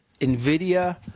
NVIDIA